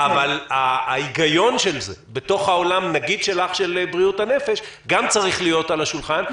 אבל ההיגיון של זה בתוך העולם של בריאות הנפש גם צריך להיות על השולחן.